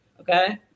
Okay